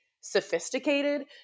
sophisticated